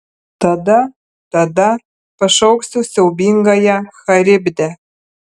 tada tada pašauksiu siaubingąją charibdę